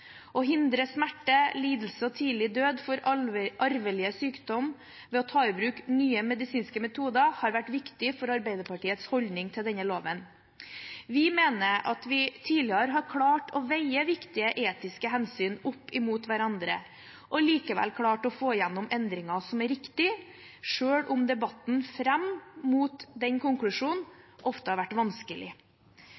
Å hindre smerte, lidelse og tidlig død for arvelig sykdom ved å ta i bruk nye medisinske metoder har vært viktig for Arbeiderpartiets holdning til denne loven. Vi mener at vi tidligere har klart å veie viktige etiske hensyn opp mot hverandre og likevel klart å få gjennom endringer som er riktige, selv om debatten fram mot den konklusjonen